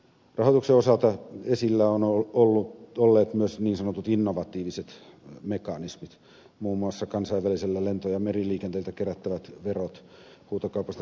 rahoituksen osalta esillä ovat olleet myös niin sanotut innovatiiviset mekanismit muun muassa kansainväliseltä lento ja meriliikenteeltä kerättävät verot huutokaupasta saatavat tulot